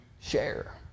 share